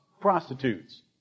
prostitutes